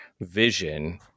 vision